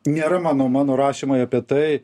nėra mano mano rašymai apie tai